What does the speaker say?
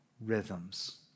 rhythms